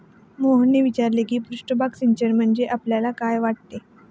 मोहनने विचारले की पृष्ठभाग सिंचन म्हणजे आपल्याला काय वाटते?